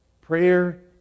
Prayer